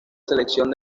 selección